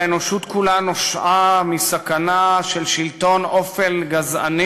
והאנושות כולה נושעה מסכנה של שלטון אופל גזעני